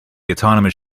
autonomous